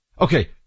Okay